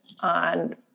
on